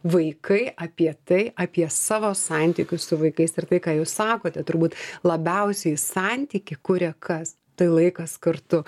vaikai apie tai apie savo santykius su vaikais ir tai ką jūs sakote turbūt labiausiai santykį kuria kas tai laikas kartu